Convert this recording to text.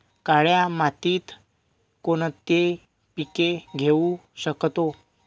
काळ्या मातीत कोणती पिके घेऊ शकतो?